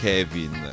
Kevin